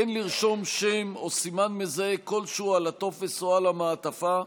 אין לרשום שם או סימן מזהה כלשהו על הטופס או על המעטפה.